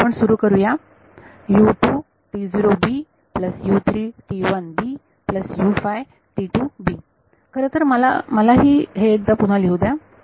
तर आपण सुरू करू या खरंतर मला मलाही हे एकदा पुन्हा लिहू द्या